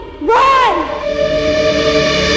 Run